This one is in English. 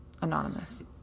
Anonymous